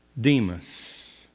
Demas